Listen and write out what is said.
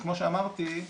וכמו שאמרתי,